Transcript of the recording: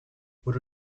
wurde